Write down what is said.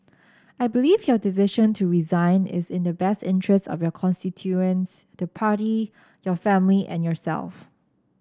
I believe your decision to resign is in the best interest of your constituents the party your family and yourself